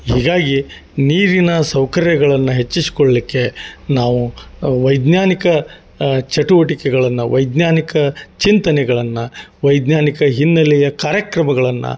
ಹೀಗಾಗಿ ನೀರಿನ ಸೌಕರ್ಯಗಳನ್ನು ಹೆಚ್ಚಿಸ್ಕೊಳ್ಲಿಕ್ಕೆ ನಾವು ವೈಜ್ಞಾನಿಕ ಚಟುವಟಿಕೆಗಳನ್ನು ವೈಜ್ಞಾನಿಕ ಚಿಂತನೆಗಳನ್ನು ವೈಜ್ಞಾನಿಕ ಹಿನ್ನೆಲೆಯ ಕಾರ್ಯಕ್ರಮಗಳನ್ನು